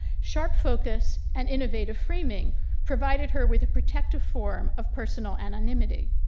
sharp focus and innovative framing provided her with a protective form of personal anonymity.